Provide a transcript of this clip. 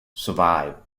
survive